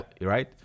right